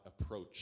approach